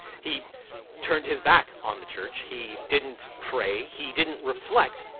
he turned his back on the church. he didn't pray, he didn't reflect.